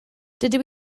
dydw